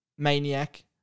Maniac